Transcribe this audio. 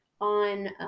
on